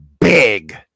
big